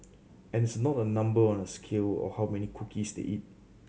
and it's not a number on a scale or how many cookies they eat